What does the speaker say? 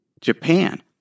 Japan